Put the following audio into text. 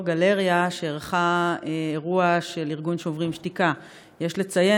גלריה שאירחה אירוע של ארגון "שוברים שתיקה"; יש לציין,